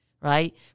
right